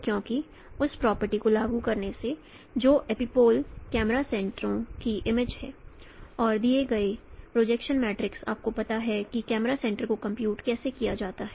क्योंकि उस प्रॉपर्टी को लागू करने से जो एपिपोल कैमरा सेंटरो की इमेजिस हैं और दिए गए प्रोजेक्शन मैट्रिसेस आपको पता है कि कैमरा सेंटरो को कंप्यूट कैसे किया जाता है